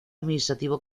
administrativo